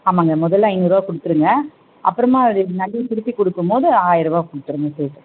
ஆமாங்க முதல்ல ஐந்நூறுரூவா கொடுத்துருங்க அப்புறமா அது நகையை திருப்பி கொடுக்கும் போது ஆயிர்ருவா கொடுத்துருங்க சேர்த்து